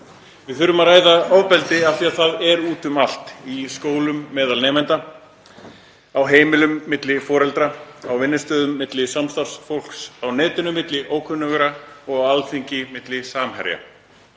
Við þurfum að ræða ofbeldi af því að það er út um allt: í skólum meðal nemenda, á heimilum milli foreldra, á vinnustöðum milli samstarfsfólks, á netinu milli ókunnugra og á Alþingi milli samherja.